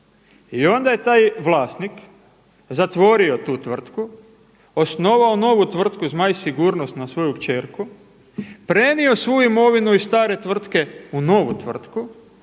i onda je taj vlasnik zatvorio tu tvrtku, osnovao novu tvrtku „Zmaj sigurnost“ na svoju kćerku, prenio svu imovinu iz stare tvrtke u novu tvrtku